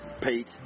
Pete